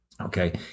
Okay